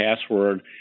password